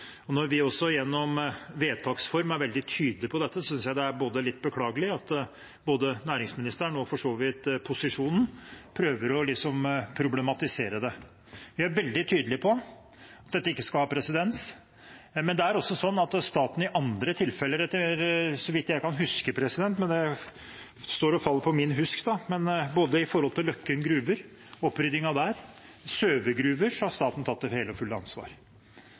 betale. Når vi også gjennom vedtaks form er veldig tydelig på dette, synes jeg det er litt beklagelig at både næringsministeren og for så vidt også posisjonen prøver å problematisere det. Vi er veldig tydelig på at dette ikke skal danne presedens. Det er også sånn at staten i andre tilfeller, så vidt jeg kan huske – det står og faller på min husk – både i forbindelse med oppryddingen ved Løkken gruve og ved Søve gruver, har tatt det hele og fulle ansvar.